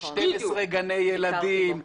12 גני ילדים,